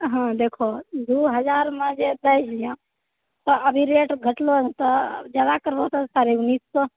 हँ देखो दू हजारमे बेचै हिऐ तऽ अभी रेट घटलहुँ हँ तऽ जादा करबहुँ तऽ साढ़े उन्नैस सए